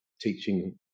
teaching